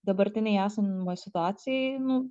dabartinėj esamoj situacijoj nu